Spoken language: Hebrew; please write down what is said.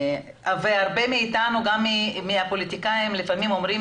הרבה מאיתנו הפוליטיקאים לפעמים אומרים